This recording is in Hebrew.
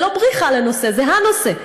זה לא בריחה לנושא, זה הנושא.